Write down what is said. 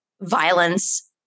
violence